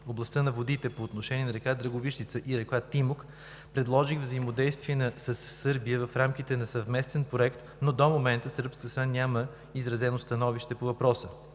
областта на водите по отношение на река Драговищица и река Тимок предложих взаимодействие със Сърбия в рамките на съвместен проект, но до момента сръбската страна няма изразено становище по въпроса.